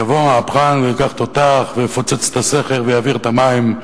יבוא מהפכן וייקח תותח ויפוצץ את הסכר ויעביר את המים,